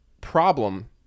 problem